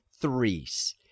threes